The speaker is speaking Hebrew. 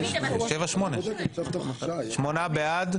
שמונה בעד.